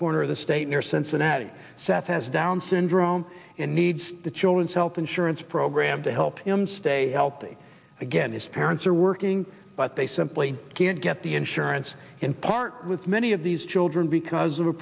corner of the state near cincinnati seth has down's syndrome and needs the children's health insurance program to help him stay healthy again his parents are working but they simply can't get the insurance in part with many of these children because of a